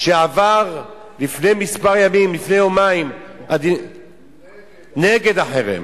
שעבר לפני כמה ימים, לפני יומיים, נגד החרם.